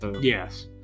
yes